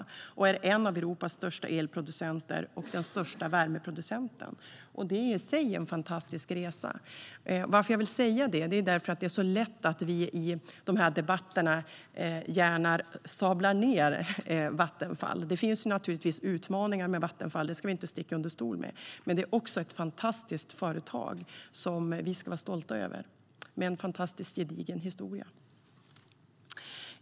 Bolaget är en av Europas största elproducenter och den största värmeproducenten. Det är i sig en fantastisk resa. Jag vill säga det eftersom vi i de här debatten gärna sablar ned Vattenfall. Det finns naturligtvis utmaningar med Vattenfall; det ska vi inte sticka under stol med. Men det är också ett fantastiskt företag med en fantastiskt gedigen historia som vi ska vara stolta över.